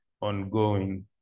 ongoing